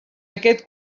aquest